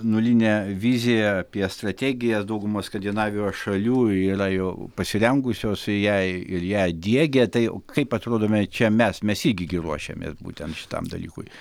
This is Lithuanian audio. nulinę viziją apie strategijas dauguma skandinavijos šalių yra jau pasirengusios jai ir ją diegia tai kaip atrodome čia mes mes irgi gi ruošiamės būtent šitam dalykui